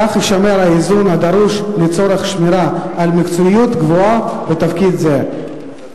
כך יישמר האיזון הדרוש לצורך שמירה על מקצועיות גבוהה בתפקיד זה.